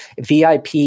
VIP